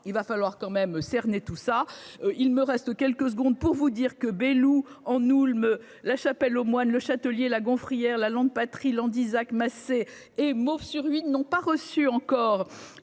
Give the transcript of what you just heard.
il va falloir quand même cerner tout ça, il me reste quelques secondes pour vous dire que Belhout en Houlme la chapelle aux moines Le Chatelier, la gaufrier, la lande Patry Land Isaac masser, est mort sur huit n'ont pas reçu encore